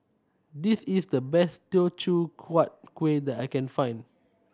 this is the best Teochew Huat Kuih that I can find